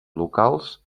locals